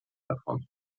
davon